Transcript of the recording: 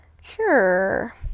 Sure